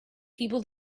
people